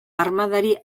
armadari